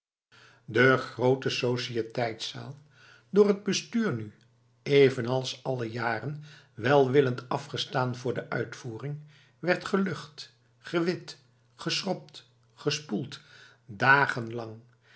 de groote societeitszaal door het bestuur nu evenals alle jaren welwillend afgestaan voor de uitvoering werd gelucht gewit geschrobd gespoeld dagen lang